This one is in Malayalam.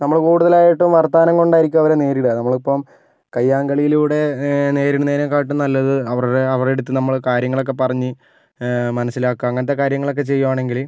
നമ്മള് കൂടുതലായിട്ടും വർത്താനം കൊണ്ടായിരിക്കും അവരെ നേരിടുക നമ്മള് ഇപ്പം കയ്യാങ്കളിയിലൂടെ നേരിടുന്നതിനേയും കാട്ടിൽ നല്ലത് അവരുടെ അവരുടെ അടുത്ത് നമ്മള് കാര്യങ്ങളൊക്കെ പറഞ്ഞ് മനസ്സിലാക്കുക അങ്ങനത്തെ കാര്യങ്ങളൊക്കെ ചെയ്യുകയാണെങ്കിൽ